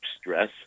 stress